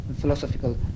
philosophical